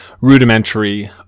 rudimentary